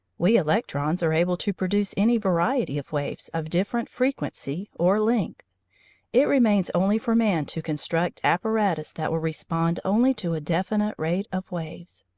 we electrons are able to produce any variety of waves of different frequency or length it remains only for man to construct apparatus that will respond only to a definite rate of waves.